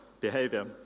behavior